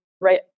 right